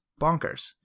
bonkers